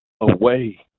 away